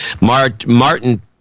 Martin